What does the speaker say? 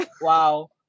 wow